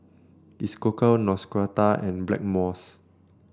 Isocal Neostrata and Blackmores